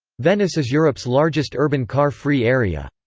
venice is europe's largest urban car-free area.